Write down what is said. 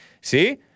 See